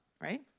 right